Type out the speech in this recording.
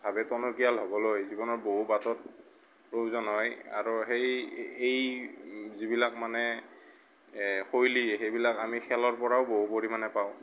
ভাৱে টনকীয়াল হ'বলৈ জীৱনত বহু বাটত প্ৰয়োজন হয় আৰু সেই এই যিবিলাক মানে শৈলী সেইবিলাক আমি খেলৰ পৰাও বহু পৰিমাণে পাওঁ